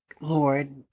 Lord